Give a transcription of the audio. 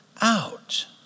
out